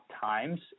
times